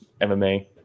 MMA